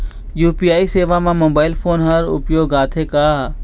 UPI सेवा म mobile phone हर उपयोग आथे का?